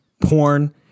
porn